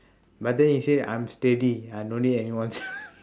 but then he say i'm steady I don't need anyone